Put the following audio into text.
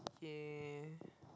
!yay!